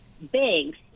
banks